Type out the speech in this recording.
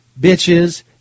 bitches